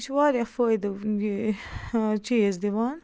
یہِ چھُ واریاہ فٲیدٕ یہِ چیٖز دِوان